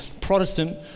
Protestant